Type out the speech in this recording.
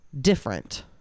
different